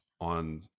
on